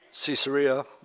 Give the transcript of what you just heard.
Caesarea